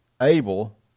Abel